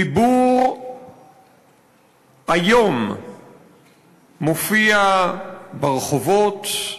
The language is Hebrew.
דיבור איום מופיע ברחובות,